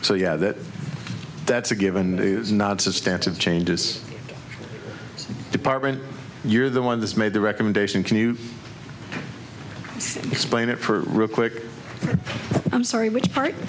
know that that's a given that is not substantial changes department you're the one that's made the recommendation can you explain it for real quick i'm sorry which part